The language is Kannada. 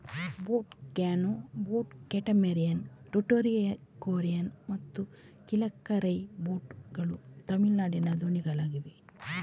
boat canoe, boat catamaran, Tuticorin ಮತ್ತು ಕಿಲಕರೈ ಬೋಟ್ ಗಳು ತಮಿಳುನಾಡಿನ ದೋಣಿಗಳಾಗಿವೆ